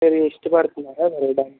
మీరు ఇష్టపడుతున్నారా వెళ్ళడానికి